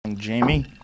Jamie